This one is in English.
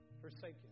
forsaken